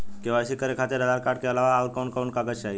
KYC करे खातिर Aadhaar card के अलावा आउरकवन कवन कागज चाहीं?